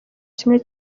kimwe